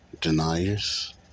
deniers